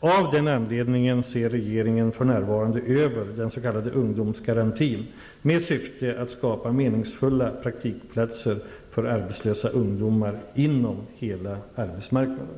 Av den anledningen ser regeringen för närvarande över den s.k. ungdomsgarantin med syfte att skapa meningsfulla praktikplatser för arbetslösa ungdomar inom hela arbetsmarknaden.